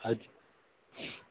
अच